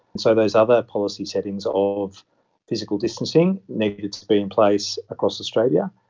so those other policy settings of physical distancing needed to be in place across australia,